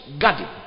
garden